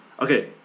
okay